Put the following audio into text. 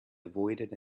avoided